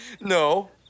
No